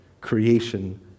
creation